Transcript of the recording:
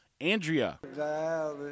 Andrea